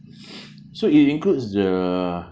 so it includes the